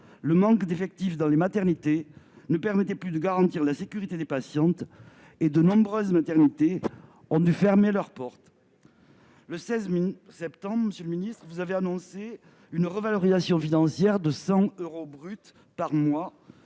le manque d'effectifs dans les maternités ne permettait plus de garantir la sécurité des patientes, et que de nombreuses maternités avaient dû fermer leurs portes. Le 16 septembre, monsieur le ministre, vous avez annoncé une revalorisation financière de 100 euros brut par mois,